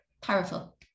Powerful